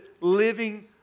living